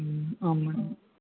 आं